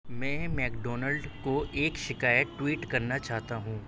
میں McDonald کو ایک شکایت ٹوئٹ کرنا چاہتا ہوں